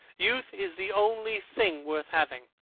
youth is the only thing worth having.